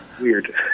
weird